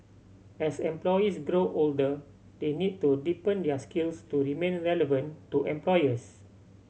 as employees grow older they need to deepen their skills to remain relevant to employers